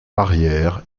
arrière